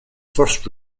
first